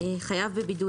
22יז"חייב בבידוד",